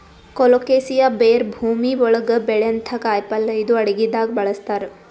colocasia ಬೇರ್ ಭೂಮಿ ಒಳಗ್ ಬೆಳ್ಯಂಥ ಕಾಯಿಪಲ್ಯ ಇದು ಅಡಗಿದಾಗ್ ಬಳಸ್ತಾರ್